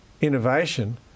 innovation